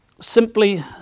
simply